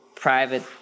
private